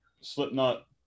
Slipknot